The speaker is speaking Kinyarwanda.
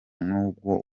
nubwo